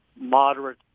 moderate